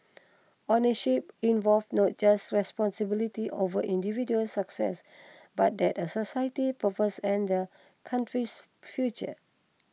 ownership involved not just responsibility over individual success but that the society's purpose and the country's future